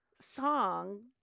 song